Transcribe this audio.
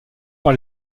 par